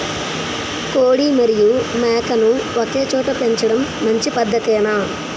కోడి మరియు మేక ను ఒకేచోట పెంచడం మంచి పద్ధతేనా?